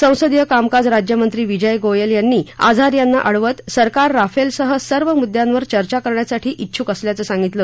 संसदीय कामकाज राज्यमंत्री विजय गोयल यांनी आझाद यांना अडवत सरकार राफेलसह सर्व मुद्यावर चर्चा करण्यासाठी उंडुक असल्याचं सांगितलं